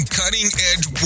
cutting-edge